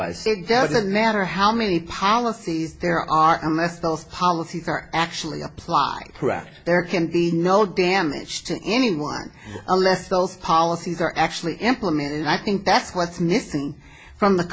sit down the matter how many policies there are unless those policies are actually applied correct there can be no damage to anyone unless those policies are actually implemented and i think that what's missing from the